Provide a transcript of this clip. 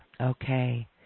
Okay